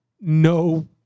no